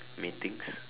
meetings